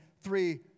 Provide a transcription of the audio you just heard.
three